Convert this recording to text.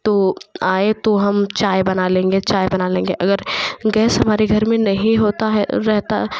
तो आए तो हम चाय बना लेंगे चाय बना लेंगे अगर गैस हमारे घर में नहीं होता है रहता